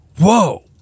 whoa